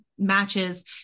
matches